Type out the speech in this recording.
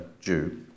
Jew